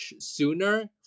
sooner